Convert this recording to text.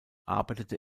arbeitete